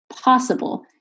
possible